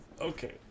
okay